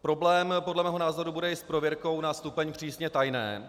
Problém podle mého názoru bude i s prověrkou na stupeň přísně tajné.